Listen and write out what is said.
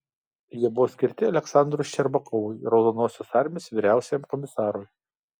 jie buvo skirti aleksandrui ščerbakovui raudonosios armijos vyriausiajam komisarui